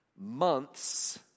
months